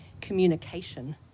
communication